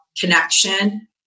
connection